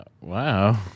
Wow